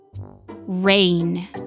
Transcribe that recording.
Rain